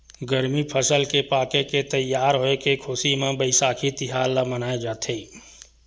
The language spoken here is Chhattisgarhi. गरमी फसल के पाके के तइयार होए के खुसी म बइसाखी तिहार ल मनाए जाथे